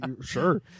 sure